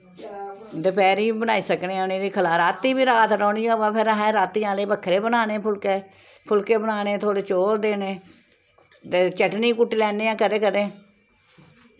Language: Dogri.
दपैह्री बी बनाई सकने आं उ'नेंगी राती बी रात रौह्नी होऐ फिर अस राती आह्ली बक्खरे बन्नाने फुल्के फुल्के बन्नाने थोह्ड़े चौल देने ते चटनी कुट्टी लैन्ने आं कदें कदें